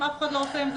עוד מוקדם,